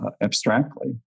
abstractly